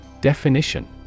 Definition